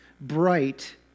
bright